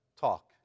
talk